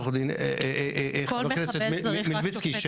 חבר הכנסת מלביציקי,